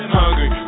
hungry